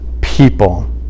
people